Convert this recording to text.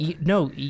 No